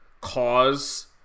cause